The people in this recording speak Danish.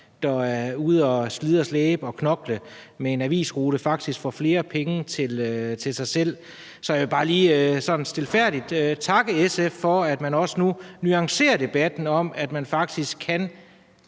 der er ude at slide, slæbe og knokle med en avisrute, faktisk får flere penge til sig selv. Så jeg vil bare lige sådan stilfærdigt takke SF for, at man også nu nuancerer debatten om, at man faktisk